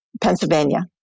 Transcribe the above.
Pennsylvania